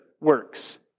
works